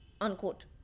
unquote